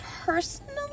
personally